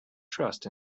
trust